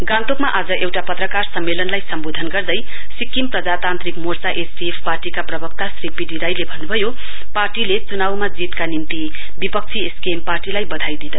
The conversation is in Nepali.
गान्तोकमा आज एउटा पत्रकार सम्मेलनलाई सम्बोधन गर्दै सिक्किम प्रजातान्त्रिक मोर्चा एसडिएफ पार्टीका प्वक्त्ता श्री पी डी राईले भन्न्भयो पार्टीले च्नावमा जीतका निम्ति विपक्षी एसकेएम पार्टीलाई वधाई दिए